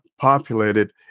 populated